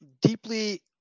deeply